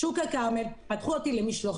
שוק הכרמל פתחו אותי למשלוחים,